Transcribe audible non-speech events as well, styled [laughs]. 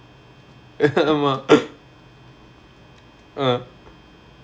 [laughs] ஆமா:aamaa uh